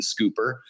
scooper